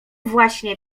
właśnie